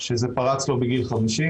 שזה פרץ לו בגיל 50,